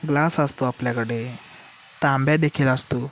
glass असतो आपल्याकडे तांब्यादेखील असतो